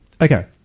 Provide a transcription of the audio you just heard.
Okay